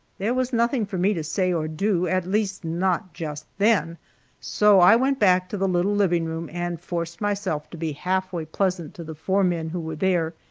there was nothing for me to say or do at least not just then so i went back to the little living-room and forced myself to be halfway pleasant to the four men who were there,